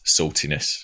saltiness